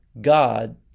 God